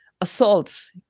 assaults